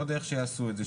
לא יודע איך יעשו את זה,